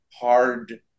hard